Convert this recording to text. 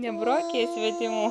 nebrokija svetimų